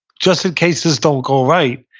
just in case this don't go right,